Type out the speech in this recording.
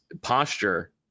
posture